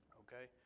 okay